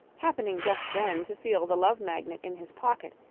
happening just then to feel the love magnet in his pocket,